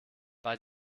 bei